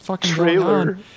trailer